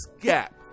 gap